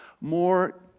more